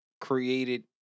created